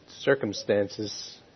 circumstances